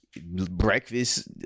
breakfast